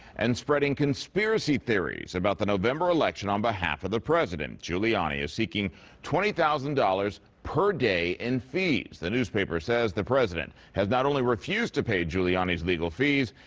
and spreading conspiracy theories about the november election on behalf of the president. giuliani is seeking twenty thousand dollars per day in fees. the newspaper says the president has not only refused to pay giuliani's legal fees,